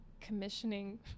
commissioning